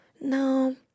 no